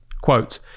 Quote